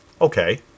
Okay